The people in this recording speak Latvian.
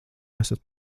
esat